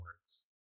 words